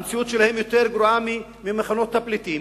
המציאות שלהם יותר גרועה ממחנות הפליטים,